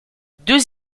deux